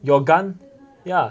your gun ya